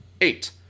Eight